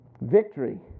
Victory